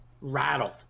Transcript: rattled